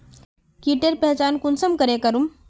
कीटेर पहचान कुंसम करे करूम?